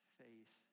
faith